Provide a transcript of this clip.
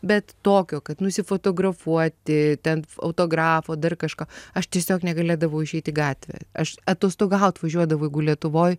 bet tokio kad nusifotografuoti ten autografo dar kažko aš tiesiog negalėdavau išeit į gatvę aš atostogaut važiuodavau jeigu lietuvoj